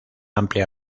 amplia